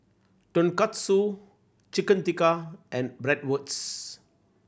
Tonkatsu Chicken Tikka and Bratwurst